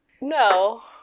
No